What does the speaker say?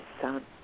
son